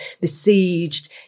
besieged